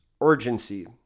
urgency